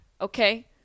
okay